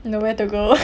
nowhere to go